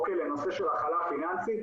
לנושא של הכלה פיננסית.